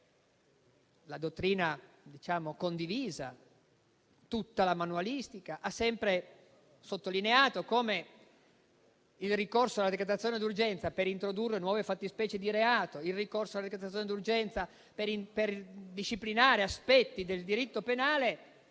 la dottrina condivisa e tutta la manualistica hanno sempre sottolineato come il ricorso alla decretazione d'urgenza per introdurre nuove fattispecie di reato o per disciplinare aspetti del diritto penale